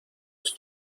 los